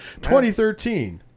2013